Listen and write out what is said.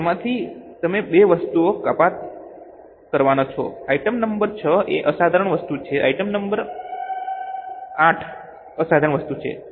હવે તેમાંથી તમે બે વસ્તુઓ કપાત કરવાના છો આઇટમ નંબર VI એ અસાધારણ વસ્તુ છે આઇટમ નંબર VIII અસાધારણ વસ્તુ છે